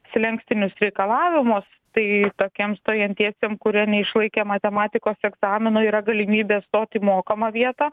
slenkstinius reikalavimus tai tokiem stojantiesiem kurie neišlaikė matematikos egzamino yra galimybė stot į mokamą vietą